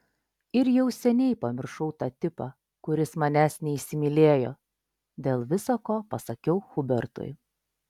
ir jau seniai pamiršau tą tipą kuris manęs neįsimylėjo dėl visa ko pasakiau hubertui